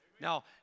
Now